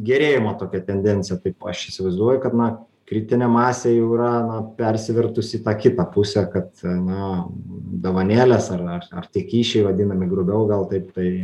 gerėjimo tokia tendencija kaip aš įsivaizduoju kad na kritinė masė jau yra na persivertus į tą kitą pusę kad na dovanėlės ar ar ar tie kyšiai vadinami grubiau gal taip tai